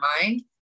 mind